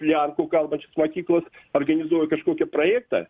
lenkų kalbančios mokyklos organizuoja kažkokį projektą